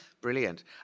brilliant